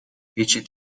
هیچی